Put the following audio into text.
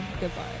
Goodbye